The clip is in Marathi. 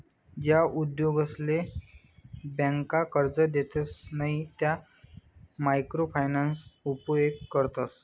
ज्या उद्योगसले ब्यांका कर्जे देतसे नयी त्या मायक्रो फायनान्सना उपेग करतस